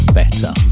better